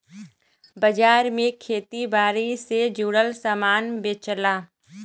बाजार में खेती बारी से जुड़ल सामान बेचला